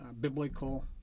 biblical